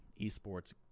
eSports